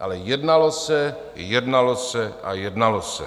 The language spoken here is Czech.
ale jednalo se, jednalo se a jednalo se.